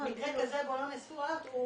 מקרה כזה בו לא נאספו ראיות הוא